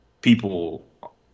people